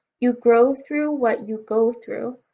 you grow through what you go through.